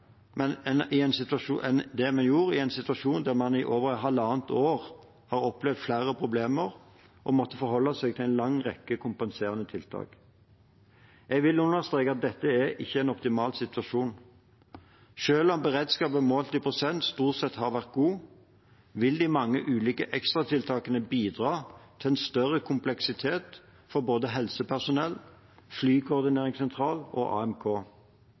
der man i over halvannet år hadde opplevd flere problemer og måtte forholde seg til en lang rekke kompenserende tiltak. Jeg vil understreke at dette ikke er en optimal situasjon. Selv om beredskapen målt i prosent stort sett har vært god, vil de mange ulike ekstratiltakene bidra til en større kompleksitet for både helsepersonell, flykoordineringssentral og AMK.